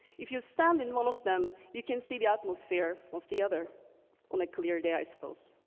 if you stand in one of them, you can see the atmosphere of the other on a clear day, i suppose.